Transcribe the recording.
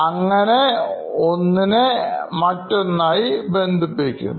അങ്ങനെ ഒന്നിനെ മറ്റൊന്നായി ബന്ധിപ്പിക്കുന്നു